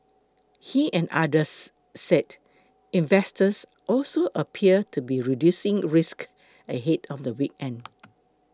he and others said investors also appeared to be reducing risk ahead of the weekend